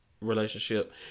Relationship